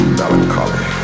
melancholy